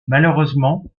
malheureusement